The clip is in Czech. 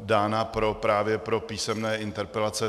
dána právě pro písemné interpelace.